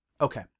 Okay